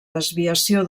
desviació